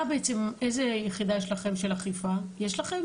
מה בעצם, איזו יחידה יש לכם של אכיפה, יש לכם